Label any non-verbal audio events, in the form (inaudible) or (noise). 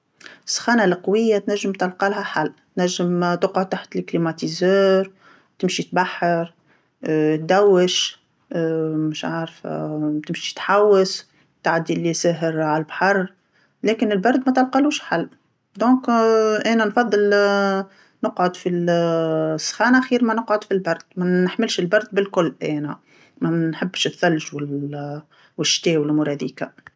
السخانه القويه تنجم تلقالها حل، تنجم (hesitation) تقعد تحت المكيف، تمشي تبحر، (hesitation) تدوش، (hesitation) مش عارفه، تمشي تحوس، تعدي الليل ساهر على البحر، لكن البرد ما تلقالوش حل، إذن (hesitation) أنا نفضل (hesitation) نقعد في ال- السخانه خير ما نقعد في البرد، ما نحملش البرد بالكل انا، ما نحبش الثلج وال- الشتا والأمور هاذيكا.